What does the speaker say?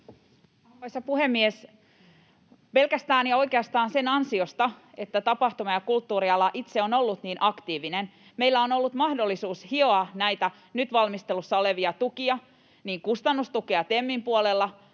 Arvoisa puhemies! Pelkästään ja oikeastaan sen ansiosta, että tapahtuma- ja kulttuuriala itse on ollut niin aktiivinen, meillä on ollut mahdollisuus hioa näitä nyt valmistelussa olevia tukia, niin kustannustukea TEMin puolella